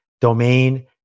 domain